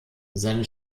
seine